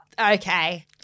okay